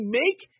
make